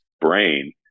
brain